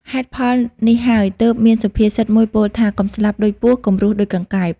ហេតុផលនេះហើយទើបមានសុភាសិតមួយពោលថា « កុំស្លាប់ដូចពស់ កុំរស់ដូចកង្កែប » ។